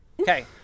Okay